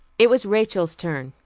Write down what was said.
it was rachel's turn.